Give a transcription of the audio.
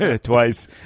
twice